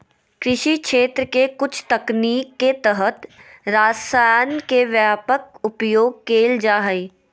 कृषि क्षेत्र के कुछ तकनीक के तहत रसायन के व्यापक उपयोग कैल जा हइ